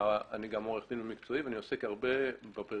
אני גם עורך דין במקצועי ואני עוסק הרבה בפריפריה,